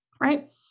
right